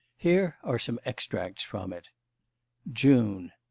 here are some extracts from it june.